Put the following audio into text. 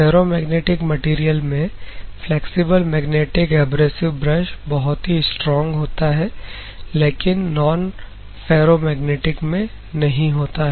ferromagnetic material में flexible magnetic abrasive brush बहुत ही स्ट्रांग होता है लेकिन नॉनफेरोमैग्नेटिक में नहीं होता